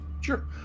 Sure